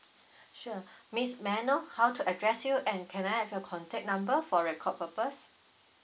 sure miss may I know how to address you and can I have your contact number for record purpose